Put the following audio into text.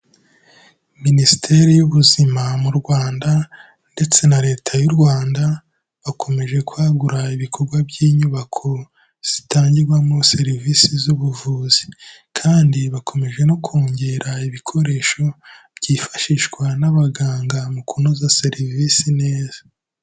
Minisiteri y'ubuzima mu Rwanda ndetse na Leta y'u Rwanda, bakomeje kwagura ibikorwa by'inyubako, zitangirwamo serivisi z'ubuvuzi kandi bakomeje no kongera ibikoresho byifashishwa n'abaganga mu kunoza serivisi neza.